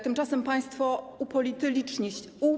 Tymczasem państwo upolityliczniś... upo.